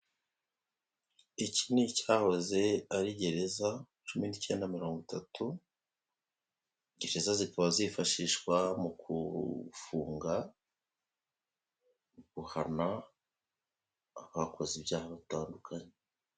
Iki ni icyahoze ari gereza cumi n'icyenda mirongo itatu, gereza zikaba zifashishwa mu gufunga, guhana abakoze ibyaha batandukanye.